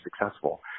successful